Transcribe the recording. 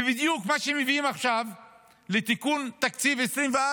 ובדיוק מה שמביאים עכשיו לתיקון תקציב 2024